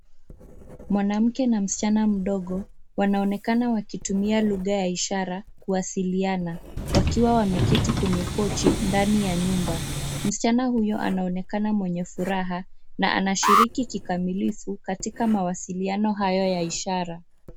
Mwanamke na msichana mdogo wanaonekana wakitumia lugha ya ishara kuwasiliana, wakiwa wameketi kwenye kochi ndani nyumba. Msichana huyo anaonekana mwenye furaha na anashiriki kikamilifu katika mawasiliani haya ya ishara.